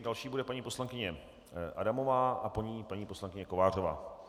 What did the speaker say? Další bude paní poslankyně Adamová a po ní paní poslankyně Kovářová.